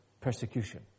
persecution